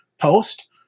post